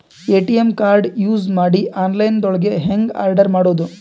ATM card use ಮಾಡಿ online ದೊಳಗೆ ಹೆಂಗ್ ಆರ್ಡರ್ ಮಾಡುದು?